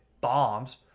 bombs